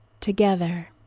together